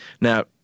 Now